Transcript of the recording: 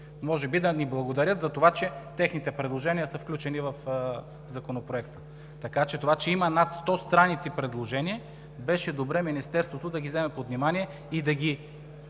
може би да ни благодарят, затова че техните предложения са включени в Законопроекта. Така че това, че има над сто страници предложения, беше добре Министерството да ги вземе под внимание и да ги